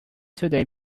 today